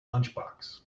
lunchbox